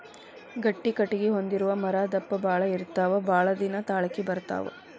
ಗಟ್ಟಿ ಕಟಗಿ ಹೊಂದಿರು ಮರಾ ದಪ್ಪ ಬಾಳ ಇರತಾವ ಬಾಳದಿನಾ ತಾಳಕಿ ಬರತಾವ